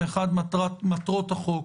האחד הוא מטרות החוק